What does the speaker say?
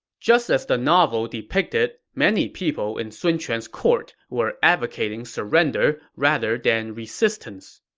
just as the novel depicted, many people in sun quan's court were advocating surrender rather than resistance.